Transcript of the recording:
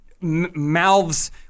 mouths